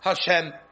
Hashem